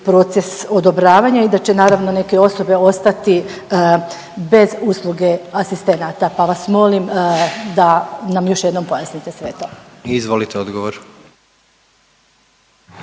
proces odobravanja i da će naravno neke osobe ostati bez usluge asistenata, pa vas molim da nam još jednom pojasnite sve to. **Jandroković,